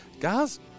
guys